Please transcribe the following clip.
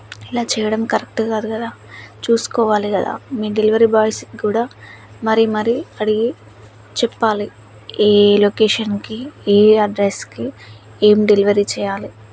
ఇలా చేయడం కరెక్ట్ కాదు కదా చూసుకోవాలి కదా మీ డెలివరీ బాయ్స్కు కూడా మరి మరి అడిగి చెప్పాలి ఈ లొకేషన్కి ఈ అడ్రస్కి ఏమి డెలివరీ చెయ్యాలి